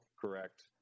correct